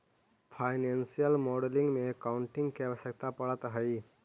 financial modelling में accounting के आवश्यकता पड़ऽ हई